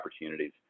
opportunities